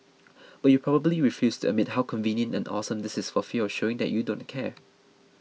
but you probably refuse to admit how convenient and awesome this is for fear of showing that you don't care